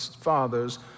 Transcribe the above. father's